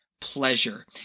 pleasure